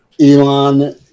Elon